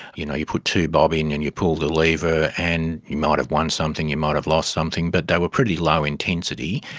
you know, you put two bob in and you pull the lever and you might have won something, you might have lost something, but they were pretty low intensity.